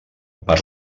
per